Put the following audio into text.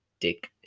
Dick